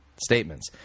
statements